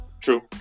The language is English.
True